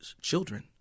children